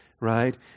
right